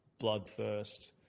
bloodthirst